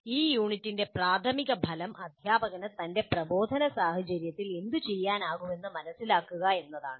ഈ യൂണിറ്റിന്റെ പ്രാഥമിക ഫലം അധ്യാപകന് തന്റെ പ്രബോധന സാഹചര്യത്തിൽ എന്തുചെയ്യാനാകുമെന്ന് മനസിലാക്കുക എന്നതാണ്